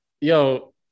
yo